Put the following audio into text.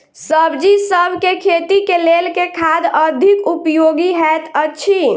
सब्जीसभ केँ खेती केँ लेल केँ खाद अधिक उपयोगी हएत अछि?